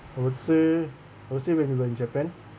I would say I would say when you were in japan